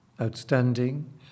outstanding